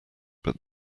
but